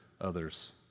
others